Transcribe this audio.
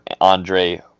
Andre